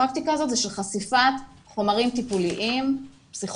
הפרקטיקה הזאת היא של חשיפת חומרים טיפוליים פסיכולוגיים,